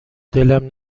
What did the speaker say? دلم